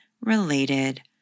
related